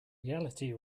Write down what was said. reality